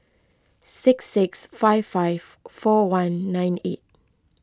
six six five five four one nine eight